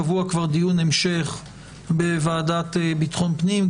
נקבע כבר דיון המשך בוועדת ביטחון פנים,